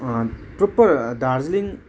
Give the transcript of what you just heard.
proper Darjeeling